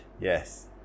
Yes